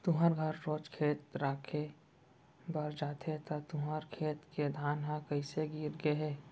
तुँहर घर रोज खेत राखे बर जाथे त तुँहर खेत के धान ह कइसे गिर गे हे?